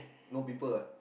no people ah